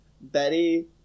betty